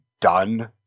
done